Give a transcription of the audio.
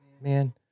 Man